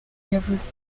yavuze